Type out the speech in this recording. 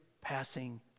passing